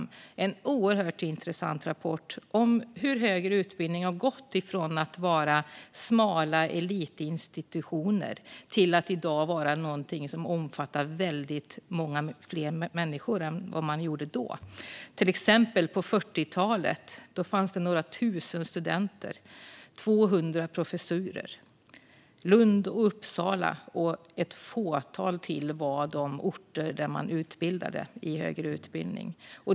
Det är en oerhört intressant rapport om hur högre utbildning har gått från att vara någonting för smala elitinstitutioner till att i dag vara någonting som omfattar väldigt många fler människor än vad det gjorde då. På 40-talet fanns det några tusen studenter och 200 professurer. Lund, Uppsala och ett fåtal till var de orter där man erbjöd högre utbildning.